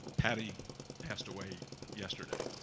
patty passed away yesterday.